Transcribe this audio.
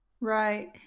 Right